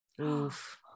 Oof